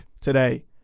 today